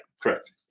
Correct